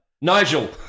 Nigel